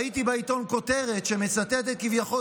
ציטוט: ראיתי בעיתון כותרת שמצטטת כביכול